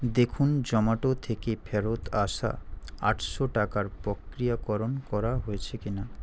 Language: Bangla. দেখুন জোম্যাটো থেকে ফেরত আসা আটশো টাকার প্রক্রিয়াকরণ করা হয়েছে কি না